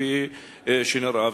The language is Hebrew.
כפי שנראה.